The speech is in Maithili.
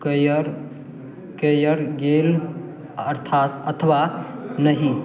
कयल कयल गेल अर्थात अथवा नहि